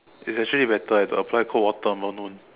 it's actually better eh to apply cold water on the noon